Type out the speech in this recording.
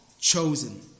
chosen